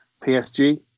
PSG